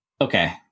Okay